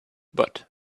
but